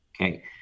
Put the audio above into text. okay